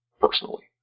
Personally